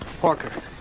Parker